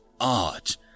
art